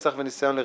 רצח וניסיון לרצח.